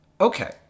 Okay